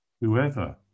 Whoever